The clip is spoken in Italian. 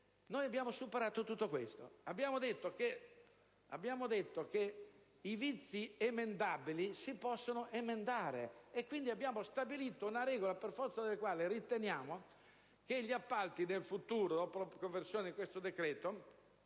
Noi abbiamo superato tutto questo e abbiamo stabilito che i vizi emendabili si possono emendare. Quindi, abbiamo stabilito una regola in forza della quale riteniamo che gli appalti, dopo la conversione in legge di questo decreto,